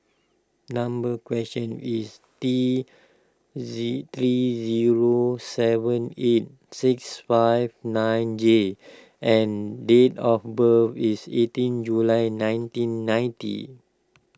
number question is T Z Z zero seven eight six five nine J and date of birth is eighteen July nineteen ninety